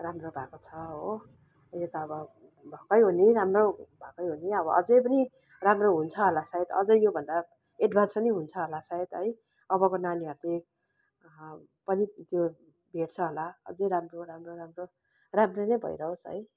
राम्रो भएको छ हो यस अब भएकै हो नि राम्रो भएकै हो नि अब अझै पनि राम्रो हुन्छ होला सायद अझै योभन्दा एडभान्स पनि हुन्छ होला सायद है अबको नानीहरूले पनि त्यो भेट्छ होला अझै राम्रो राम्रो राम्रो राम्रो नै भइरहोस् है